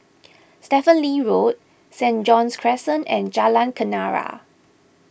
Stephen Lee Road Saint John's Crescent and Jalan Kenarah